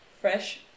fresh